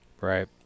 right